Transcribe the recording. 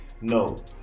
no